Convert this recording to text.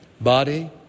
body